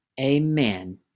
amen